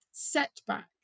setback